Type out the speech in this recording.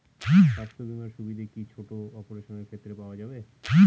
স্বাস্থ্য বীমার সুবিধে কি ছোট অপারেশনের ক্ষেত্রে পাওয়া যাবে?